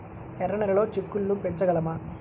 ఎర్ర నెలలో చిక్కుళ్ళు పెంచగలమా?